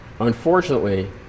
Unfortunately